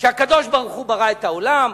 שהקדוש-ברוך-הוא ברא את העולם,